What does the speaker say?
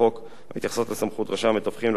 מתייחסות לסמכות רשם המתווכים להתלות את רשיונו של